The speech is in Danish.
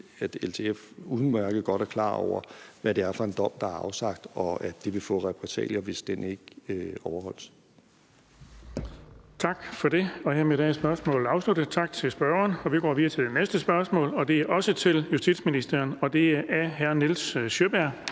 at LTF udmærket godt er klar over, hvad det er for en dom, der er afsagt, og at det vil få repressalier, hvis den ikke bliver overholdt. Kl. 16:10 Den fg. formand (Erling Bonnesen): Tak for det. Hermed er spørgsmålet afsluttet. Tak til spørgeren. Vi går videre til næste spørgsmål. Det er også til justitsministeren, og det er af hr. Nils Sjøberg.